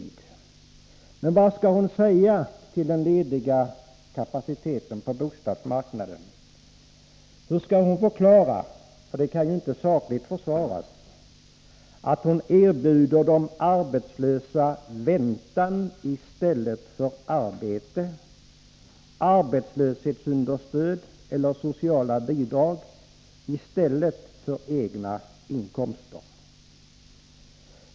Vad skall Kerstin Ekman Nr 45 säga till den lediga ”kapaciteten” på bostadsmarknaden? Hur skall hon Tisdagen den förklara, för det kan ju inte sakligt försvaras, att hon erbjuder de arbetslösa — 13 december 1983 väntan i stället för arbete, arbetslöshetsunderstöd eller socialt bidrag i stället för egna inkomster?